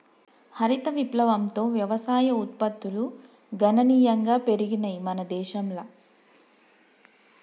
హరిత విప్లవంతో వ్యవసాయ ఉత్పత్తులు గణనీయంగా పెరిగినయ్ మన దేశంల